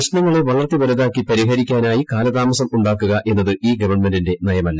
പ്രശ്നങ്ങളെ വളർത്തി വലുതാക്കി പരിഹാരത്തിനായി കാലതാമസം ഉണ്ടാക്കുക എന്നത് ഈ ഗവൺമെന്റിന്റെ നയമല്ല